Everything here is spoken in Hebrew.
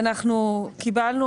קיבלנו